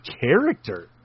character